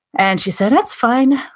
and she said, it's fine.